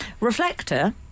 reflector